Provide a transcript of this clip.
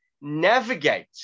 navigate